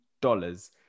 dollars